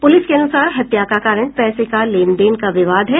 police के अनुसार हत्या का कारण पैसे के लेन देन का विवाद है